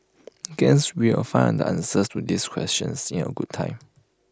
guess we will find the answers to these questions in A good time